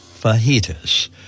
fajitas